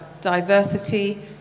diversity